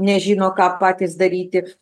nežino ką patys daryti